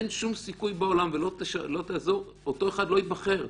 אין שום סיכוי בעולם ולא יעזור אותו אחד לא ייבחר.